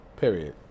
Period